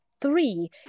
three